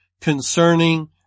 concerning